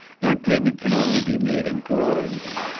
and payment can only be made in goods,